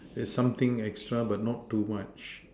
that's something extra but not too much